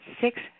six